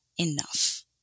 enough